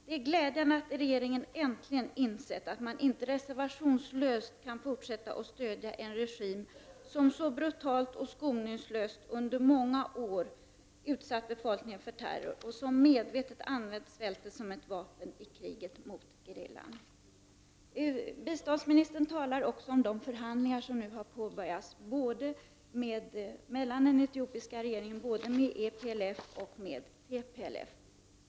Det gläder mig att regeringen äntligen insett att man inte reservationslöst kan fortsätta att stödja en regim som så brutalt och skoningslöst under många år har utsatt befolkningen för terror och som medvetet har använt svälten som vapen i kriget mot gerillan. Biståndsministern talar också om de förhandlingar som har påbörjats mellan den etiopiska regeringen och TPLF och EPLF.